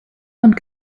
und